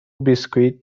بیسکوییت